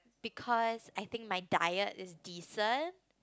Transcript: because I think my diet is decent